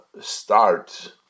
start